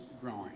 growing